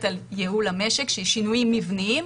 על ייעול המשק שהיא שינויים מבניים,